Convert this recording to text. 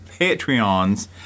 Patreons